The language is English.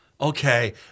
Okay